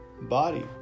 body